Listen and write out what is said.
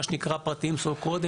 מה שנקרא פרטיים סו קולד,